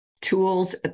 tools